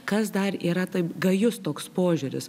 kas dar yra taip gajus toks požiūris